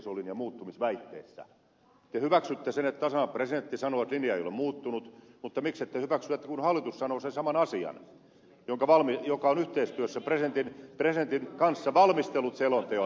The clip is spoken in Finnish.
te hyväksytte sen että tasavallan presidentti sanoo että linja ei ole muuttunut mutta miksi ette hyväksy että sen saman asian sanoo hallitus joka on yhteistyössä presidentin kanssa valmistellut selonteon